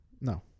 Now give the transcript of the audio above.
No